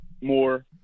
more